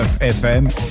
fm